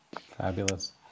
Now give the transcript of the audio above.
Fabulous